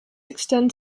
extend